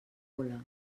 gola